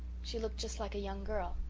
she looked just like a young girl.